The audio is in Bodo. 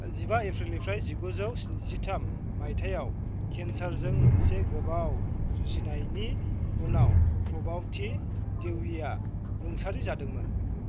जिबा एप्रिल निफ्राय जिगुजौ स्निजिथाम माइथायाव केन्सारजों मोनसे गोबाव जुजिनायनि उनाव प्रभावती देवीया रुंसारि जादोंमोन